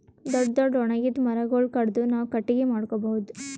ದೊಡ್ಡ್ ದೊಡ್ಡ್ ಒಣಗಿದ್ ಮರಗೊಳ್ ಕಡದು ನಾವ್ ಕಟ್ಟಗಿ ಮಾಡ್ಕೊಬಹುದ್